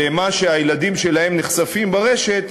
למה שהילדים שלהם נחשפים לו ברשת,